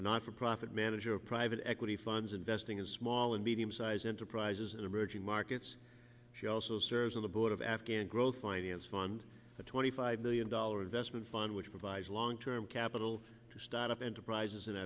not for profit manager of private equity funds investing in small and medium sized enterprises in emerging markets she also serves on the board of afghan growth finance fund a twenty five million dollar investment fund which provides long term capital to start up enterprises in